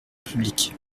publique